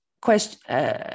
question